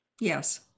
Yes